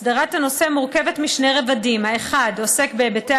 אסדרת הנושא מורכבת משני רבדים: האחד עוסק בהיבטי